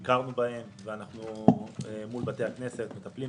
ביקרנו בהם ואנחנו מטפלים בזה מול בתי הכנסת.